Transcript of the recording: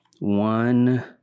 One